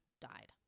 died